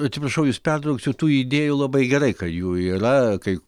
atsiprašau jus pertrauksiu tų idėjų labai gerai kad jų yra kai